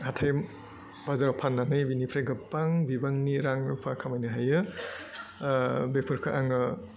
हाथाइ बाजाराव फान्नानै बिनिफ्राय गोबबां बिबांनि रां रुफा खामायनो हायो बेफोरखो आङो